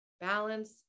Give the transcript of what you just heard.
Balance